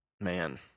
man